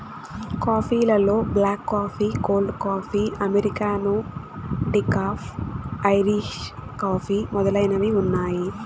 coffee లలో black coffee, cold coffee, americano, decaf, Irish coffee మొదలైనవి ఉన్నాయి